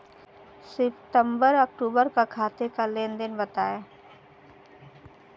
सितंबर अक्तूबर का खाते का लेनदेन बताएं